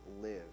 live